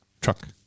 truck